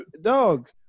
dog